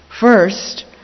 First